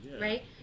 Right